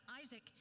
Isaac